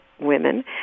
women